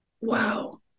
wow